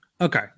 Okay